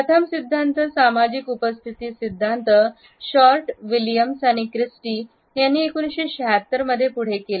प्रथम सिद्धांत सामाजिक उपस्थिती सिद्धांत शॉर्ट विल्यम्स आणि क्रिस्टी यांनी 1976 मध्ये पुढे केले